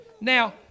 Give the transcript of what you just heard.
Now